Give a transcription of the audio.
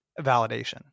validation